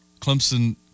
Clemson